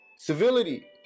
civility